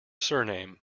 surname